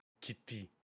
Kitty